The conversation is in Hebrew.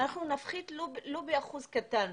אנחנו נפחית ולו באחוז קטן.